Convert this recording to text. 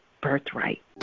birthright